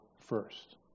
first